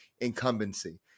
incumbency